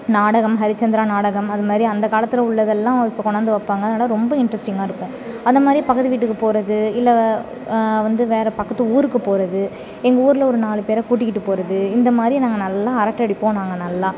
நாடகம் ஹரிச்சந்திரா நாடகம் அது மாதிரி அந்த காலத்தில் உள்ளதெல்லாம் இப்போ கொண்டாந்து வைப்பாங்க அதனால் ரொம்ப இன்ட்ரெஸ்ட்டிங்காக இருக்கும் அந்த மாதிரி பக்கத்து வீட்டுக்கு போகிறது இல்லை வந்து வேறு பக்கத்து ஊருக்கு போகிறது எங்கள் ஊரில் ஒரு நாலு பேரை கூட்டிக்கிட்டு போகிறது இந்த மாதிரி நாங்கள் நல்லா அரட்டை அடிப்போம் நாங்கள் நல்லா